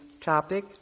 topic